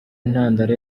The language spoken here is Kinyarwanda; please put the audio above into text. intandaro